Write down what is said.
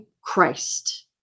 Christ